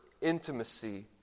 intimacy